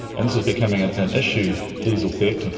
and this is becoming an an issue, diesel theft, and